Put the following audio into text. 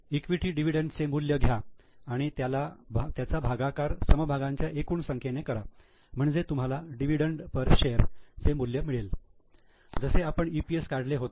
equity डिव्हिडंडचे मूल्य घ्या आणि त्याचा भागाकार समभागांच्या एकूण संख्येने करा म्हणजे तुम्हाला डिव्हिडंड पर शेर चे मूल्य मिळेल जसे आपण EPS काढले होते